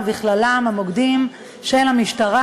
ובכללם המוקדים של המשטרה,